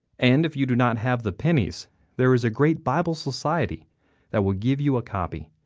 and if you do not have the pennies there is a great bible society that will give you a copy,